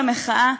של המחאה,